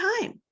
time